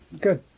Good